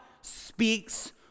speaks